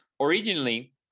originally